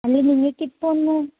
അല്ല നിങ്ങള്ക്കിപ്പോഴൊന്ന്